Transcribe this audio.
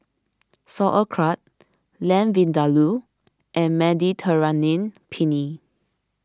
Sauerkraut Lamb Vindaloo and Mediterranean Penne